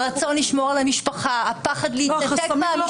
הרצון לשמור על המשפחה, הפחד להתנתק מהמשפחה.